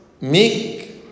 make